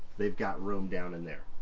they've got room down in there.